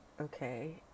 okay